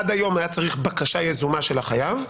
עד היום היה צריך בקשה יזומה של החייב,